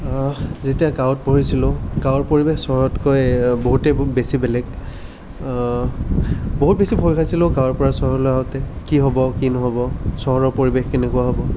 যেতিয়া গাঁৱত পঢ়িছিলোঁ গাঁৱৰ পৰিৱেশ চহৰতকৈ বহুতেই বেছি বেলেগ বহুত বেছি ভয় খাইছিলোঁ গাঁৱৰ পৰা চহৰলৈ আঁহোতে কি হ'ব কি নহ'ব চহৰৰ পৰিৱেশ কেনেকুৱা হ'ব